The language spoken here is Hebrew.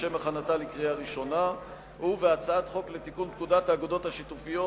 2. הצעת חוק לתיקון פקודת האגודות השיתופיות